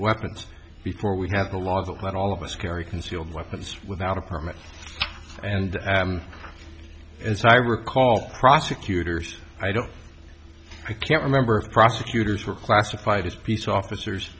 weapons before we had a law that let all of us carry concealed weapons without a permit and as i recall prosecutors i don't i can't remember if prosecutors were classified as peace officers